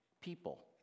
people